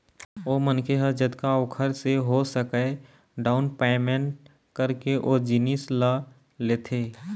ओ मनखे ह जतका ओखर से हो सकय डाउन पैमेंट करके ओ जिनिस ल लेथे